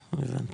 הבנתי,